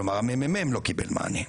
כלומר, המ.מ.מ לא קיבל מענה.